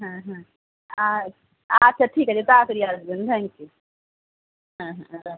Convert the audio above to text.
হ্যাঁ হ্যাঁ আচ্ছা ঠিক আছে তাড়াতাড়ি আসবেন থ্যাংক ইউ হ্যাঁ হ্যাঁ রাখি